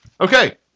okay